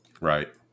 Right